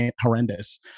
horrendous